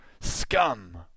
Scum